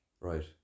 Right